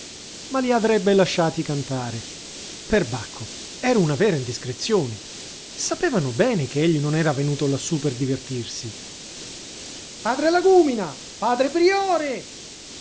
ma li avrebbe lasciati cantare perbacco era una vera indiscrezione sapevano bene che egli non era venuto lassù per divertirsi padre lagúmina padre priore